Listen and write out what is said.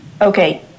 okay